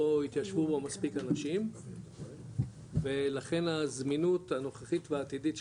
לא התיישבו בו מספיק אנשים ולכן הזמינות הנוכחית והעתידית של